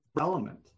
element